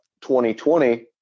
2020